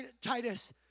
Titus